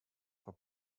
for